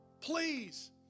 please